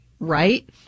right